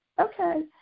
Okay